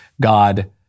God